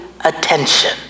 attention